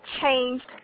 Changed